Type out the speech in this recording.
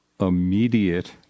immediate